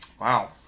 Wow